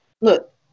look